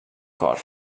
cor